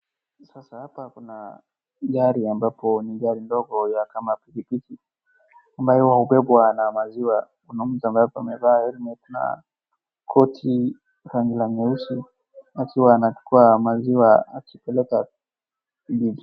Sasa hapa kuna gari ambapo ni gari ndogo ya kama pikipiki ambayo hubebwa na maziwa. Kuna mtu ambaye hapa amevaa helmet na koti rangi la nyeusi akiwa anachukua maziwa akipeleka.